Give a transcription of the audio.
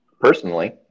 Personally